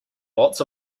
lots